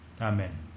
Amen